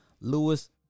Lewis